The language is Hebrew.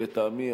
לטעמי,